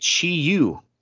Chi-Yu